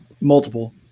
multiple